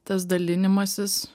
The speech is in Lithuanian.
tas dalinimasis